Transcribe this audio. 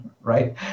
right